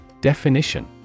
Definition